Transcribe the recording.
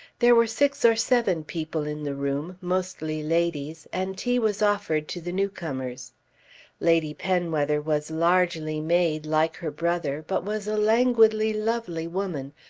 there were six or seven people in the room, mostly ladies, and tea was offered to the new-comers. lady penwether was largely made, like her brother but was a languidly lovely woman,